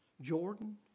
Jordan